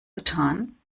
getan